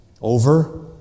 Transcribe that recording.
over